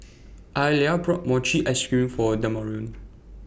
Ayla bought Mochi Ice Cream For Demarion